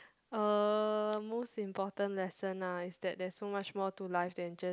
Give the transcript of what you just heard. uh most important lesson ah is that there's so much more to life than just